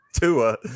Tua